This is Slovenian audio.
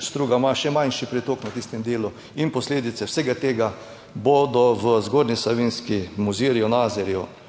Struga ima še manjši pritok na tistem delu in posledice vsega tega bodo v Zgornji Savinjski, Mozirju, Nazarju